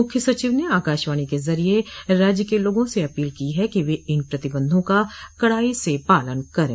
मुख्य सचिव ने आकाशवाणी के जरिये राज्य के लोगों से अपील की है कि वे इन प्रतिबंधों का कडाई से पालन करें